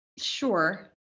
Sure